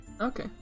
Okay